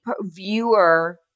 viewer